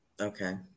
okay